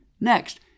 next